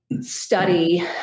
study